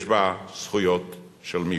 יש בה זכויות של מיעוט.